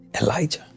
Elijah